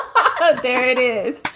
um there it is